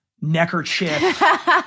Neckerchief